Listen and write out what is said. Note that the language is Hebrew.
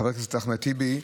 חבר הכנסת אחמד טיבי,